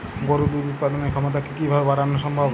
গরুর দুধ উৎপাদনের ক্ষমতা কি কি ভাবে বাড়ানো সম্ভব?